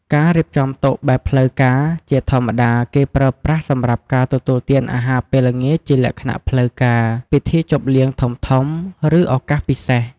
ការរៀបចំតុបែបផ្លូវការ ជាធម្មតាគេប្រើប្រាស់សម្រាប់ការទទួលទានអាហារពេលល្ងាចជាលក្ខណៈផ្លូវការ ពិធីជប់លៀងធំៗ ឬឱកាសពិសេស។